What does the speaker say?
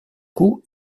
coup